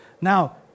Now